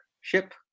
ship